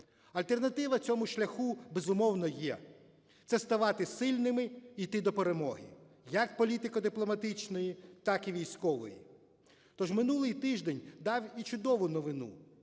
Альтернатива цьому шляху, безумовно, є, це ставати сильними і йти до перемоги як політико-дипломатичної, так і військової. То ж минулий тиждень дав і чудову новину,